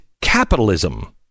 capitalism